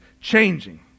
changing